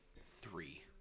three